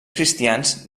cristians